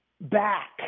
back